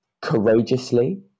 courageously